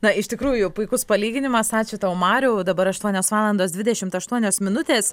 na iš tikrųjų puikus palyginimas ačiū tau mariau dabar aštuonios valandos dvidešimt aštuonios minutės